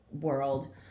world